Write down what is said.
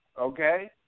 okay